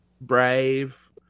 brave